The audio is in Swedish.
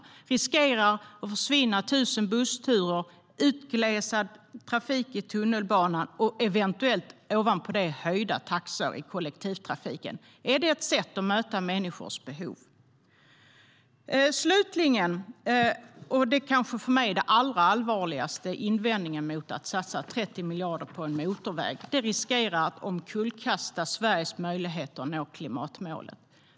Det riskerar att försvinna tusen bussturer och att bli en utglesad trafik i tunnelbanan och eventuellt ovanpå det höjda taxor i kollektivtrafiken. Är det ett sätt att möta människors behov? Slutligen den för mig kanske allvarligaste invändningen mot att satsa 30 miljarder på en motorväg är att det riskerar att kullkasta Sveriges möjligheter att nå klimatmålen.